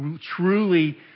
truly